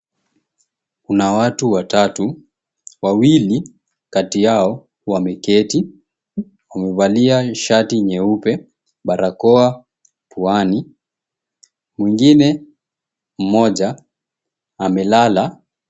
Kuna watu watatu. Wawili kati yao wameketi. Wamevalia shati nyeupe, barakoa puani. Mwingine mmoja amelala.